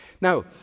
Now